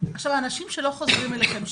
אנשים שלא חוזרים אליכם,